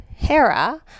Hera